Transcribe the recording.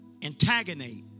antagonate